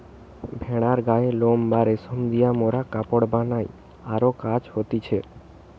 ভেড়ার গায়ের লোম বা রেশম দিয়ে মোরা কাপড় বানাই আরো কাজ হতিছে